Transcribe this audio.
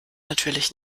natürlich